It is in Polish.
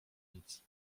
nic